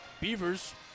Beavers